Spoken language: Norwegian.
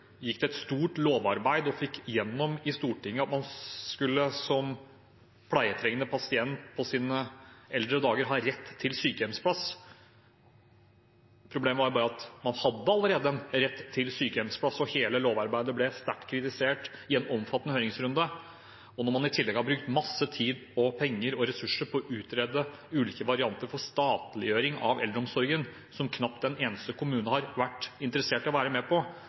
pleietrengende pasient på sine eldre dager skulle ha rett til sykehjemsplass. Problemet var bare at man allerede hadde en rett til sykehjemsplass, og hele lovarbeidet ble sterkt kritisert i en omfattende høringsrunde. Når man i tillegg har brukt masse tid, penger og ressurser på å utrede ulike varianter for statliggjøring av eldreomsorgen, noe som knapt en eneste kommune har vært interessert i å være med på,